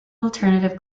alternative